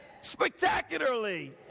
spectacularly